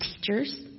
teachers